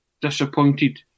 disappointed